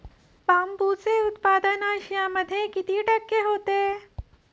बांबूचे उत्पादन आशियामध्ये किती टक्के होते?